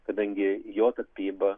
kadangi jo tapyba